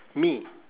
me